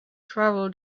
travel